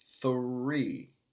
three